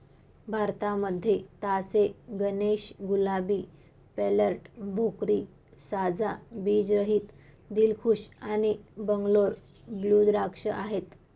भारतामध्ये तास ए गणेश, गुलाबी, पेर्लेट, भोकरी, साजा, बीज रहित, दिलखुश आणि बंगलोर ब्लू द्राक्ष आहेत